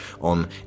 on